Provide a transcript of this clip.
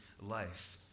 life